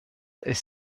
est